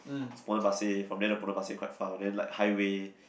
it's Potong Pasir from there to Potong Pasir quite far then like highway